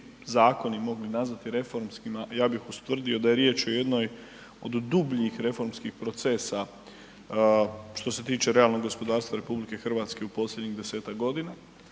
zakoni mogli nazvati reformskima, ja bih ustvrdio da je riječ o jednoj od dubljih reformskih procesa što se tiče realnog gospodarstva RH u posljednjih 10-tak godina.